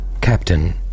Captain